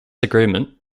agreement